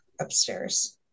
upstairs